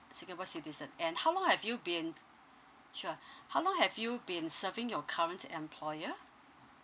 singapore citizen and how long have you been sure how long have you been serving your current employer